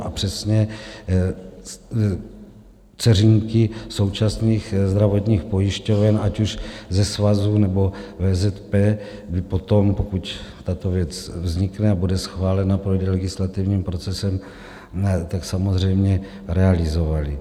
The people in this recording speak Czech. A přesně, dceřinky současných zdravotních pojišťoven, ať už ze svazu, nebo VZP by potom, pokud tato věc vznikne a bude schválena, projde legislativním procesem, tak samozřejmě realizovaly.